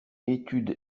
étude